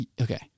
Okay